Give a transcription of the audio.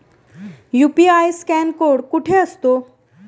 UPI scan code कुठे असतो?